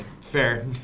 Fair